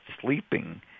sleeping